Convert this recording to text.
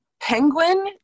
Penguin